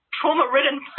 trauma-ridden